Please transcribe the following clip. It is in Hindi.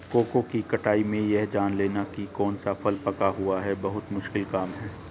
कोको की कटाई में यह जान लेना की कौन सा फल पका हुआ है बहुत मुश्किल काम है